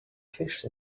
fish